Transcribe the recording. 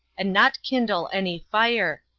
and not kindle any fire,